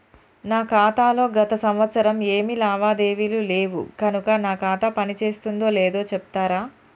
నా ఖాతా లో గత సంవత్సరం ఏమి లావాదేవీలు లేవు కనుక నా ఖాతా పని చేస్తుందో లేదో చెప్తరా?